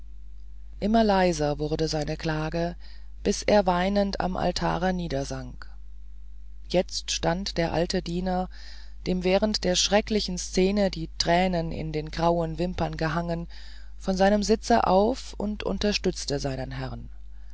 immer leiser wurde seine klage bis er weinend am altare niedersank jetzt stand der alte diener dem während der schrecklichen szene die tränen in den grauen wimpern gehangen von seinem sitze auf und unterstützte seinen herrn